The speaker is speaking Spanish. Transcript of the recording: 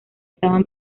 estaban